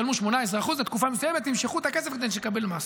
תשלמו 18%. לתקופה מסוימת תמשכו את הכסף כדי שנקבל מס.